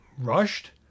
rushed